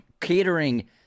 catering